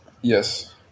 Yes